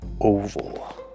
oval